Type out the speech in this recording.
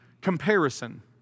comparison